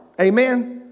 amen